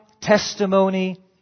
testimony